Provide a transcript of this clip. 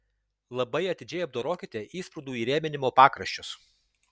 labai atidžiai apdorokite įsprūdų įrėminimo pakraščius